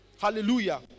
Hallelujah